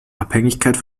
abhängigkeit